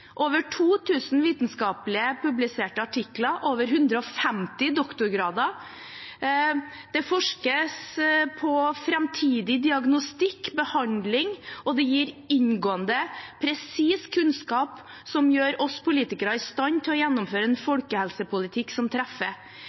over 2 000 vitenskapelige publiserte artikler og over 150 doktorgrader. Det forskes på framtidig diagnostikk, behandling, og det gir inngående og presis kunnskap som gjør oss politikere i stand til å gjennomføre en folkehelsepolitikk som treffer.